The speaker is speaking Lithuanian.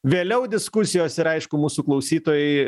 vėliau diskusijos ir aišku mūsų klausytojai